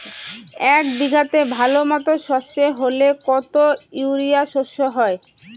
এক বিঘাতে ভালো মতো সর্ষে হলে কত ইউরিয়া সর্ষে হয়?